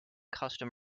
custom